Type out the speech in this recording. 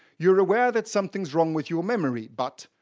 you're aware that something's wrong with your memory, but.